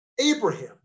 Abraham